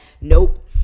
nope